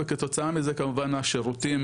וכתוצאה מזה כמובן השירותים